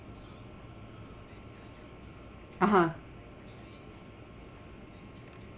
(uh huh)